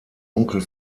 onkel